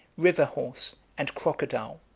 river-horse, and crocodile,